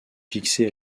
fixé